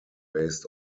based